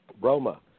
Roma